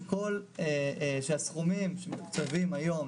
שהסכומים שמוקצבים היום,